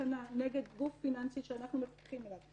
שפנה נגד גוף פיננסי שאנחנו מפקחים עליו,